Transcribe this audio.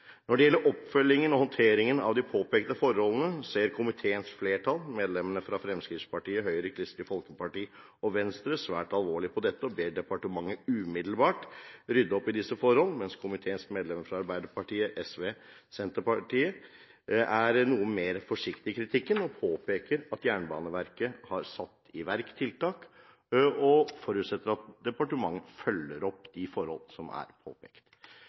Når det gjelder oppfølgingen og håndteringen av de påpekte forholdene, ser komiteens flertall, medlemmene fra Fremskrittspartiet, Høyre, Kristelig Folkeparti og Venstre, svært alvorlig på dette og ber departementet umiddelbart rydde opp i disse forhold, mens komiteens medlemmer fra Arbeiderpartiet, SV og Senterpartiet er noe mer forsiktige i kritikken. Disse partiene påpeker at Jernbaneverket har satt i verk tiltak og forutsetter at departementet følger opp de forhold som er påpekt.